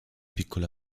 piccole